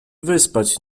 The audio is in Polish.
wyspać